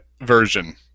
version